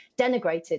denigrated